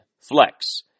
flex